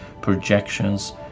projections